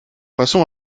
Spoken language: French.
passons